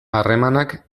harremanak